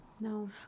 no